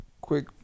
quick